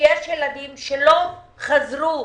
שיש ילדים שלא חזרו.